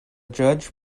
judge